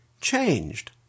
changed